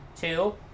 Two